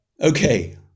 okay